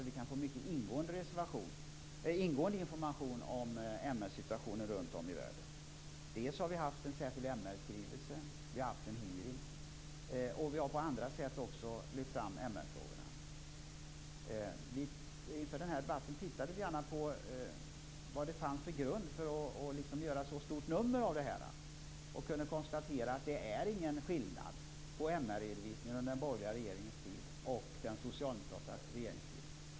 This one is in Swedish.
Vi kan där få ingående information om MR-situationen runt om i världen. Dels har vi haft en särskild MR-skrivelse, vi har haft en hearing och på andra sätt lyft fram MR Inför den här debatten tittade vi på vad det fanns för grund att göra ett så stort nummer. Vi kunde konstatera att det inte är någon skillnad på MR redovisningen under den borgerliga regeringens tid och den socialdemokratiska regeringens tid.